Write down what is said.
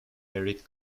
eric